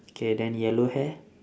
K then yellow hair